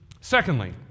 Secondly